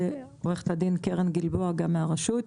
ועורכת הדין קרן גלבוע גם מהרשות.